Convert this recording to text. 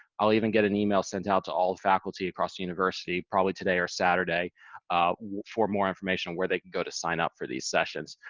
i'll even get an email sent out to all faculty across the university probably today or saturday for more information on where they can go to sign up for these sessions.